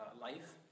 life